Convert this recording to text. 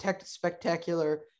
spectacular